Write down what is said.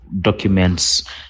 documents